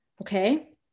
okay